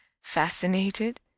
fascinated